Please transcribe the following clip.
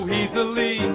easily